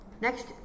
Next